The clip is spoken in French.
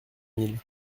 mille